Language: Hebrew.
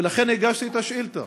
ולכן הגשתי את השאילתה.